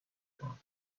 کنم